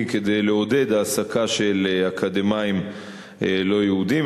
כדי לעודד העסקה של אקדמאים לא-יהודים.